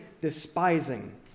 despising